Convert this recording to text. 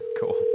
Cool